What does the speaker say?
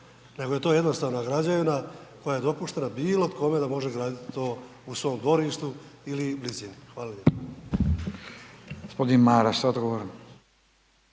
nego je to jednostavna građevina koja je dopuštena bilo kome da može graditi to u svome dvorištu ili blizini. Hvala lijepa. **Radin, Furio